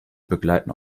begleiten